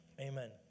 Amen